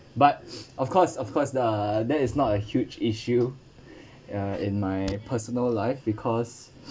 but of course of course uh that is not a huge issue uh in my personal life because